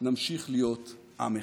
נמשיך להיות עם אחד.